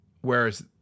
whereas